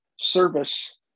service